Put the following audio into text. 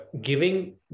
giving